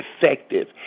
effective